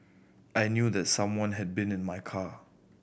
I knew that someone had been in my car